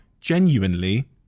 genuinely